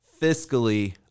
fiscally